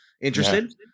interested